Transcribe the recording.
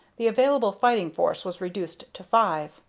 the available fighting force was reduced to five.